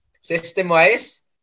System-wise